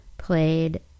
played